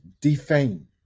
defame